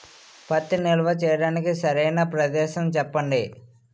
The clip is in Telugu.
పత్తి నిల్వ చేయటానికి సరైన ప్రదేశం చెప్పండి?